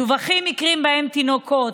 מדֻווחים מקרים שבהם תינוקות,